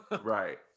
Right